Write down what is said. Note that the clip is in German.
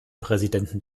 präsidenten